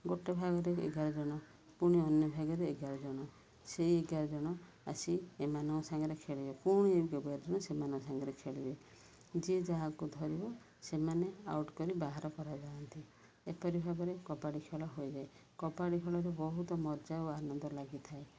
ଗୋଟିଏ ଭାଗରେ ଏଗାର ଜଣ ପୁଣି ଅନ୍ୟ ଭାଗରେ ଏଗାର ଜଣ ସେଇ ଏଗାର ଜଣ ଆସି ଏମାନଙ୍କ ସାଙ୍ଗରେ ଖେଳିବେ ପୁଣିଜଣ ସେମାନଙ୍କ ସାଙ୍ଗରେ ଖେଳିବେ ଯିଏ ଯାହାକୁ ଧରିବ ସେମାନେ ଆଉଟ୍ କରି ବାହାର କରାଯାଆନ୍ତି ଏପରି ଭାବରେ କବାଡ଼ି ଖେଳ ହୋଇଯାଏ କବାଡ଼ି ଖେଳରେ ବହୁତ ମଜା ଓ ଆନନ୍ଦ ଲାଗିଥାଏ